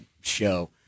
show